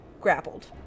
grappled